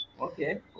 Okay